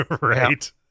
Right